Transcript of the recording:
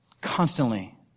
constantly